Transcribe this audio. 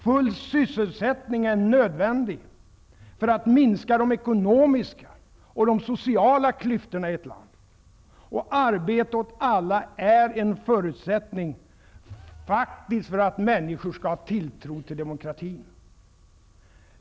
Full sysselsättning är nödvändig för att minska de ekonomiska och de sociala klyftorna i ett land, och arbete åt alla är en förutsättning för att människor skall ha tilltro till demokratin.